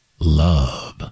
Love